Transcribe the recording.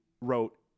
wrote